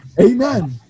Amen